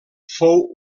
fou